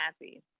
happy